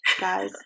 guys